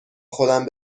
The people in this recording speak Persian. خودم